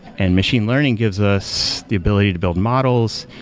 and machine learning gives us the ability to build models,